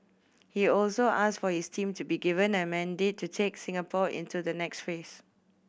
he also asked for his team to be given a mandate to take Singapore into the next phase